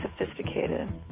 sophisticated